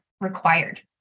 required